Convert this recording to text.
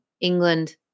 England